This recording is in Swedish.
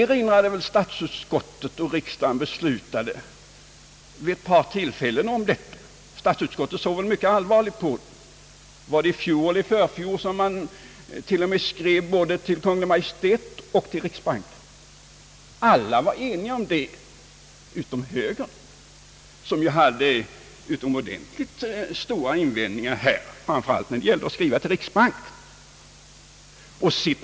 Riksdagen har vid ett par tillfällen beslutat i denna fråga, på vilken statsutskottet såg mycket allvarligt. Det var i fjol — eller kanske i förfjol — som riksdagen skrev både till Kungl. Maj:t och till riksbanken. Alla var eniga om det — utom högern, som hade utomordentligt starka erinringar att göra, framför allt när det gällde att skriva till riksbanken.